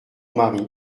mari